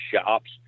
shops